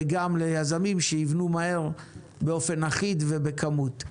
וגם ליזמים שיבנו מהר באופן אחיד ובכמות.